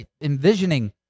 envisioning